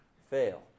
fail